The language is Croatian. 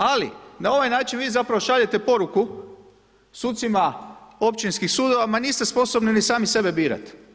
Ali, na ovaj način vi zapravo šaljete poruku sucima općinskih sudova, ma niste sposobni ni sami sebe birat.